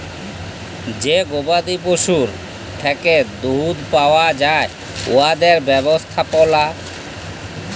যে গবাদি পশুর থ্যাকে দুহুদ পাউয়া যায় উয়াদের ব্যবস্থাপলা